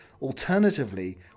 Alternatively